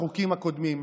החוקים הקודמים.